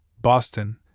Boston